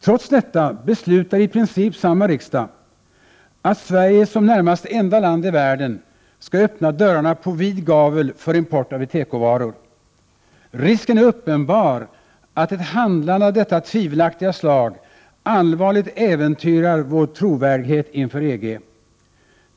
Trots detta beslutar i princip samma riksdag, att Sverige som nästan det enda land i världen skall öppna dörrarna på vid gavel för import av tekovaror. Risken är uppenbar att ett handlande av detta tvivelaktiga slag allvarligt äventyrar vår trovärdighet inför EG.